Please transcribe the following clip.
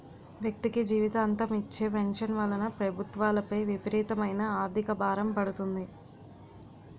వ్యక్తికి జీవితాంతం ఇచ్చే పెన్షన్ వలన ప్రభుత్వాలపై విపరీతమైన ఆర్థిక భారం పడుతుంది